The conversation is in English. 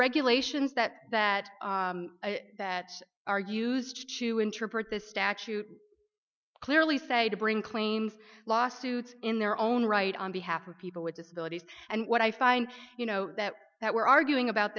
regulations that that that argues chu interpret this statute clearly said to bring claims lawsuits in their own right on behalf of people with disabilities and what i find you know that that we're arguing about